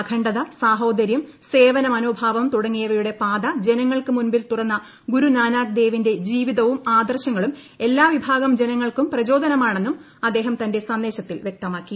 അഖണ്ഡത സാഹോദര്യം സേവന മനോഭാവം തുടങ്ങിയവയുടെ പാത ജനങ്ങൾക്ക് മുൻപിൽ തുറന്ന ഗുരുനാനാക്ക് ദേവിന്റെ ജീവിതവും ആദർശങ്ങളും എല്ലാ വിഭാഗം ജനങ്ങൾക്കും പ്രചോദനമാണെന്നും അദ്ദേഹം തന്റെ സന്ദേശത്തിൽ വ്യക്തമാക്കി